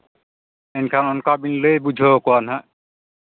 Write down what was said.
ᱮᱱᱠᱷᱟᱱ ᱚᱱᱠᱟ ᱵᱤᱱ ᱞᱟᱹᱭ ᱵᱩᱡᱷᱟᱹᱣ ᱠᱚᱣᱟ ᱦᱟᱸᱜ